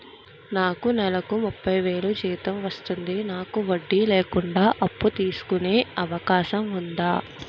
నాకు నేలకు ముప్పై వేలు జీతం వస్తుంది నాకు వడ్డీ లేకుండా అప్పు తీసుకునే అవకాశం ఉందా